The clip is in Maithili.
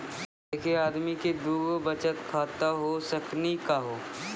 एके आदमी के दू गो बचत खाता हो सकनी का हो?